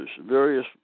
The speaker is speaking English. various